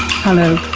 hello,